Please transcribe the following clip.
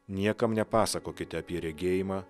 niekam nepasakokite apie regėjimą